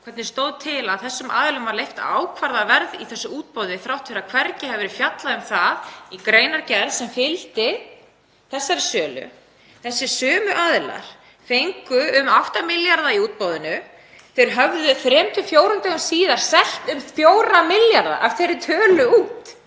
Hvernig stóð á því að þessum aðilum var leyft að ákvarða verð í þessu útboði þrátt fyrir að hvergi hefði verið fjallað um það í greinargerð sem fylgdi þessari sölu? Þessir sömu aðilar fengu um 8 milljarða í útboðinu. Þeir höfðu þrem til fjórum dögum síðar selt um 4 milljarða af þeirri upphæð út.